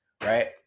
right